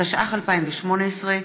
התשע"ח 2018,